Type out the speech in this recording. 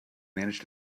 managed